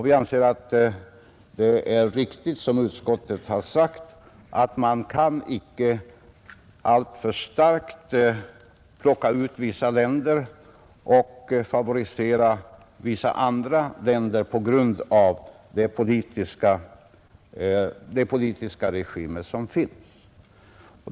Vi anser inom utskottet att man icke kan plocka ut vissa länder och alltför starkt favorisera vissa andra länder på grund av den politiska regim som där finns.